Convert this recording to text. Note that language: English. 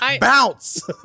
Bounce